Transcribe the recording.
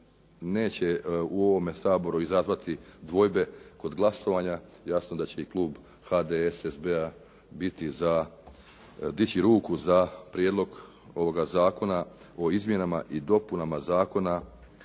neće u ovome Saboru izazvati dvojbe kod glasovanja, jasno da će i klub HDSSB-a biti za, dići ruku za Prijedlog ovoga zakona o Izmjenama i dopunama Zakona